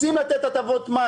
אם רוצים לתת הטבות מס